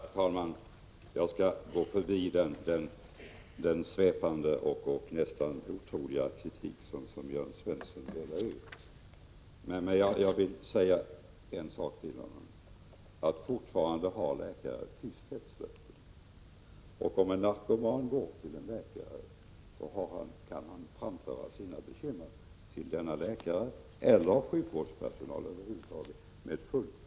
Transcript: Herr talman! Jag skall gå förbi den svepande och nästan otroliga kritik som Jörn Svensson framförde. En sak vill jag emellertid säga till honom: Fortfarande har läkare tysthetslöfte. Om en narkoman går till en läkare, kan han med fullt förtroende framföra sina bekymmer till denna läkare eller till sjukvårdspersonalen över huvud taget.